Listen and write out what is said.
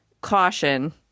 caution